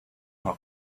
her